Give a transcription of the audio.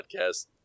podcast